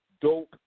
dope